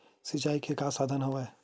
सिंचाई के का का साधन हवय?